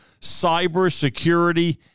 Cybersecurity